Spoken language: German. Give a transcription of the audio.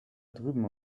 drüben